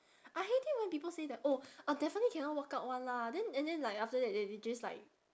I hate it when people say that oh uh definitely cannot work out [one] lah then and then like after that they just like